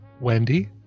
Wendy